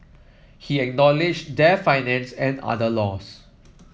he acknowledged their financial and other loss